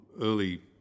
early